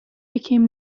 became